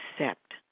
accept